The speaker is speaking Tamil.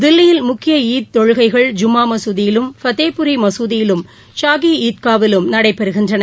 தில்லியில் முக்கிய ஈத் தொழுகைகள் ஜும்மா மசூதியிலும் ஃபத்தேபுரி மசூதியிலும் ஷாகி ஈத்கா விலும் நடைபெறுகின்றன